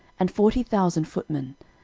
and forty thousand footmen,